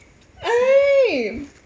eh